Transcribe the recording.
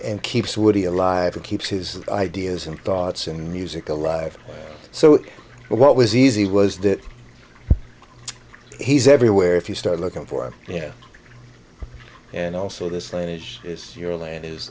and keeps woody alive who keeps his ideas and thoughts and music alive so what was easy was that he's everywhere if you start looking for him yeah and also this land is your land is